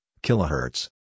Kilohertz